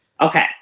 Okay